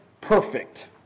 perfect